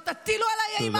לא תטילו עליי אימה,